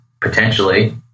potentially